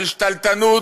של שתלטנות,